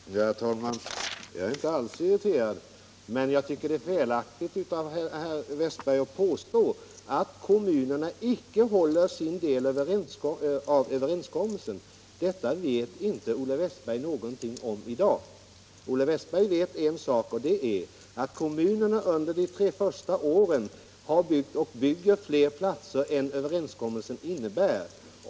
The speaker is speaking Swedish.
Herr talman! Jag är inte alls irriterad, men jag tycker det är felaktigt av herr Wästberg att påstå att kommunerna icke håller sin del av överenskommelsen. Detta vet Olle Wästberg inte någonting om i dag. Olle Wästberg vet en sak och det är att kommunerna under de tre första åren har byggt och bygger fler platser än överenskommelsen innebär.